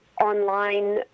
online